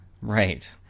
Right